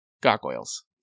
gargoyles